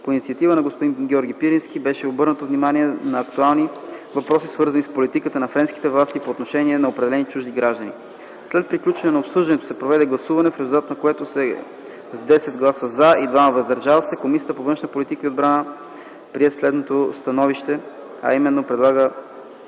По инициатива на господин Георги Пирински беше обърнато внимание на актуални въпроси, свързани с политиката на френските власти по отношение на определени чужди граждани. След приключването на обсъждането се проведе гласуване, в резултат на което с десет гласа „за” и двама „въздържал се” Комисията по външна политика и отбрана прие следното СТАНОВИЩЕ: Приема за